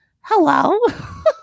hello